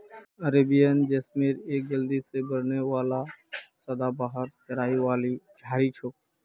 Arabian jasmine एक जल्दी से बढ़ने वाला सदाबहार चढ़ाई वाली झाड़ी छोक